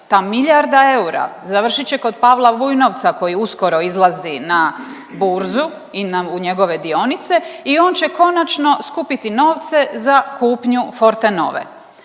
Ta milijarda eura završit će kod Pavla Vujnovca koji uskoro izlazi na burzu i u njegove dionice i on će konačno skupiti novce za kupnju Fortenove.